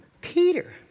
Peter